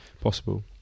possible